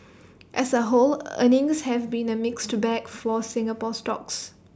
as A whole earnings have been A mixed bag for Singapore stocks